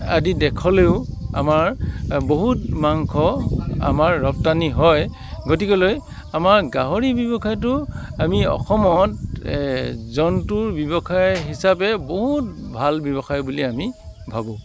আদি দেশলৈয়ো আমাৰ বহুত মাংস আমাৰ ৰপ্তানি হয় গতিকেলৈ আমাৰ গাহৰি ব্যৱসায়টো আমি অসমত জন্তুৰ ব্যৱসায় হিচাপে বহুত ভাল ব্যৱসায় বুলি আমি ভাবো